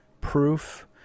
proof